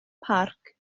parc